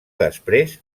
després